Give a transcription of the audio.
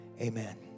amen